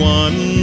one